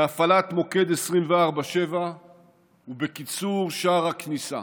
בהפעלת מוקד 24/7 ובקיצור שער הכניסה.